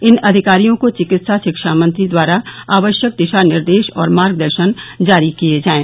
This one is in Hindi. इन अधिकारियों को चिकित्सा शिक्षा मंत्री द्वारा आवश्यक दिशा निर्देश और मार्गदर्शन जारी किये जायें